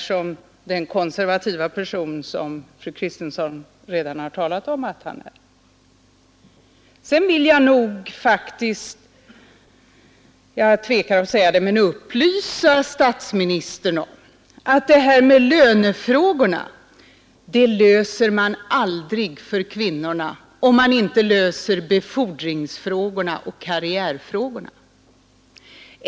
Sedan vill jag faktiskt upplysa statsministern om att det här med lönefrågorna löser man aldrig för kvinnorna om man inte löser befordringsfrågorna och kar frågorna.